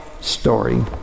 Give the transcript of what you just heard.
story